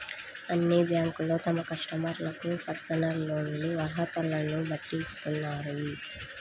అన్ని బ్యేంకులూ తమ కస్టమర్లకు పర్సనల్ లోన్లను అర్హతలను బట్టి ఇత్తన్నాయి